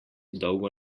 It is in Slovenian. dolgo